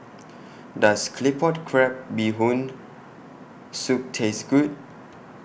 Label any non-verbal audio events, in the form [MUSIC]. [NOISE] Does Claypot Crab Bee Hoon Soup Taste Good